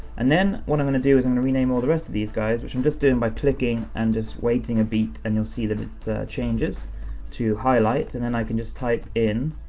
and then what i'm gonna do is i'm gonna rename all the rest of these guys, which i'm just doing by clicking and just waiting a bit, and you'll see that it changes to highlight, and then i can just type in,